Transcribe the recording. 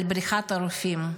על בריחת הרופאים.